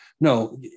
No